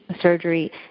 surgery